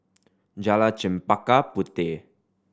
Jalan Chempaka Puteh